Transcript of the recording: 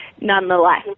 nonetheless